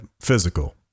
physical